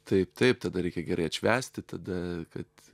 taip taip tada reikia gerai atšvęsti tada kad